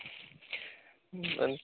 one